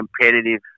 competitive